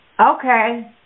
Okay